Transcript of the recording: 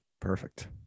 Perfect